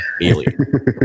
Alien